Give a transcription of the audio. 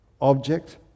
object